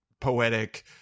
poetic